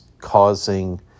causing